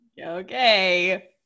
Okay